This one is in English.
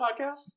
podcast